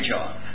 John